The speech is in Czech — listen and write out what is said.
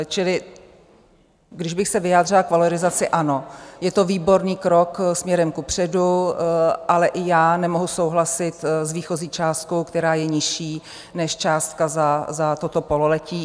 Čili když bych se vyjádřila k valorizaci ano, je to výborný krok směrem kupředu, ale ani já nemohu souhlasit s výchozí částkou, která je nižší než částka za toto pololetí.